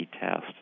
test